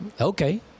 okay